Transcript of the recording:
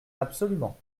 absolument